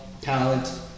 talent